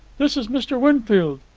this is mr. winfield.